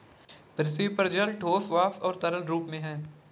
पृथ्वी पर जल ठोस, वाष्प और तरल रूप में है